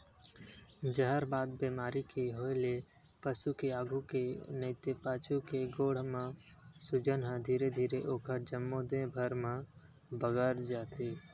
जहरबाद बेमारी के होय ले पसु के आघू के नइते पाछू के गोड़ म सूजन ह धीरे धीरे ओखर जम्मो देहे भर म बगरत जाथे